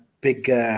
big